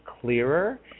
clearer